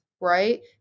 Right